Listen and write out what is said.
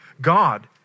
God